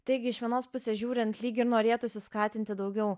taigi iš vienos pusės žiūrint lyg ir norėtųsi skatinti daugiau